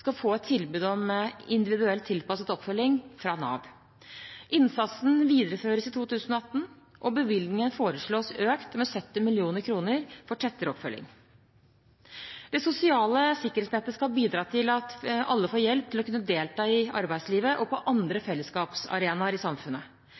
skal få et tilbud om individuelt tilpasset oppfølging fra Nav. Innsatsen videreføres i 2018, og bevilgningen foreslås økt med 70 mill. kr for tettere oppfølging. Det sosiale sikkerhetsnettet skal bidra til at alle får hjelp til å kunne delta i arbeidslivet og på andre